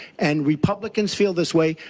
and republicans feel this way.